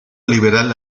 liberal